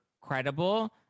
credible